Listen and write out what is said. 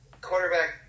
quarterback